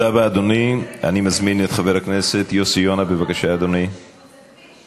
רק צריך לציין --- של שיפוץ הכביש.